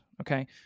okay